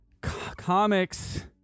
Comics